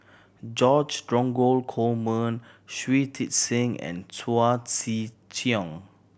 George Dromgold Coleman Shui Tit Sing and Chao Tzee Cheng